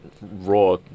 raw